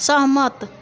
सहमत